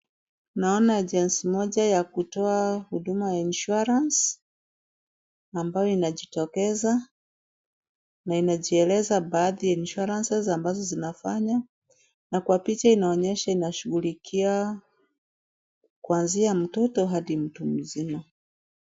Naona jinsi moja ya kutoa huduma ya insurance , ambayo inajitokeza, na inajieleza baadhi ya insurance ambazo zinafanya, na kwa picha inaonyesha ninashugulikia kuanzia mtoto hadi mtu mzima.